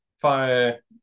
fire